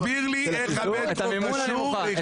את המימון אני מוכן.